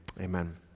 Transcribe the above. Amen